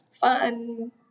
fun